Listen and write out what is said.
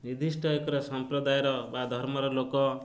ନିର୍ଦ୍ଧିଷ୍ଟ ଏକର ସମ୍ପ୍ରଦାୟର ବା ଧର୍ମର ଲୋକ